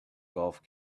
golf